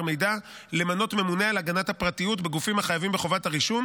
מידע למנות ממונה על הגנת הפרטיות בגופים החייבים בחובת הרישום,